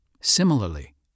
Similarly